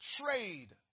trade